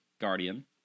Guardian